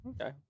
Okay